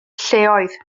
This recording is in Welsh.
lleoedd